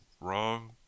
wrong